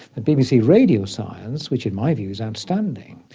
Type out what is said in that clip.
the bbc radio science, which in my view is outstanding,